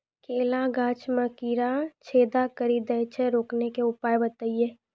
केला गाछ मे कीड़ा छेदा कड़ी दे छ रोकने के उपाय बताइए?